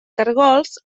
caragols